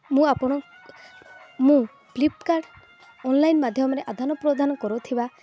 ମୁଁ ଆପଣ ମୁଁ ଫ୍ଲିପ୍କାର୍ଟ୍ ଅନ୍ଲାଇନ୍ ମାଧ୍ୟମରେ ଆଦାନପ୍ରଦାନ କରୁଥିବା